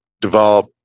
develop